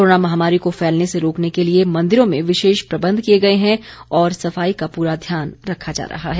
corona महामारी को फैलने से रोकने के लिए मंदिरों में विशेष प्रबंध किए गए हैं और सफाई का पूरा ध्यान रखा जा रहा है